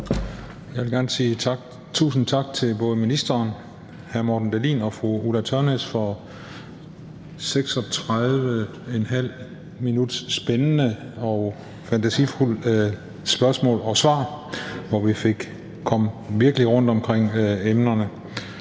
Jeg vil gerne sige tusind tak til både ministeren, hr. Morten Dahlin og fru Ulla Tørnæs for 36½ minuts spændende og fantasifulde spørgsmål og svar, hvor vi virkelig kom rundt omkring emnerne.